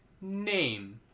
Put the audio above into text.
name